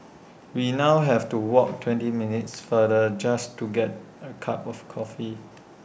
we now have to walk twenty minutes further just to get A cup of coffee